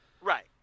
Right